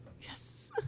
Yes